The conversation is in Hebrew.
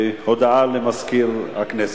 הודעה למזכיר הכנסת.